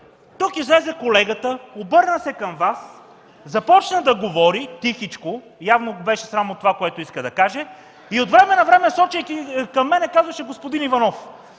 тук излезе колегата, обърна се към Вас, започна да говори тихичко, явно го беше срам от това, което иска да каже, и от време на време, сочейки към мен, казваше: „Господин Иванов”.